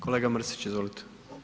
Kolega Mrsić, izvolite.